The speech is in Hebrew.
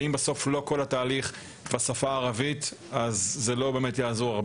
ואם בסוף התהליך כולו אינו בשפה הערבית זה לא באמת יעזור.